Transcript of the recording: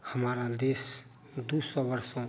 हमारा देश दो सौ वर्षों